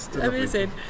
amazing